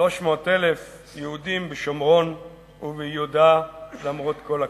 300,000 יהודים בשומרון וביהודה, למרות כל הקשיים.